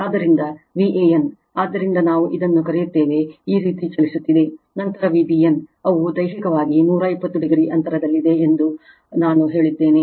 ಆದ್ದರಿಂದ Van ಆದ್ದರಿಂದ ನಾವು ಇದನ್ನು ಕರೆಯುತ್ತೇವೆ ಈ ರೀತಿ ಚಲಿಸುತ್ತಿದೆ ನಂತರ Vbn ಅವು ದೈಹಿಕವಾಗಿ 120 o ಅಂತರದಲ್ಲಿದೆ ಎಂದು ಅನು ಹೇಳಿದ್ದೇನೆ